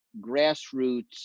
grassroots